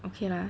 okay lah